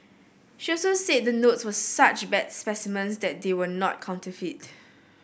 she also said the notes were such bad specimens that they were not counterfeit